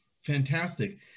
fantastic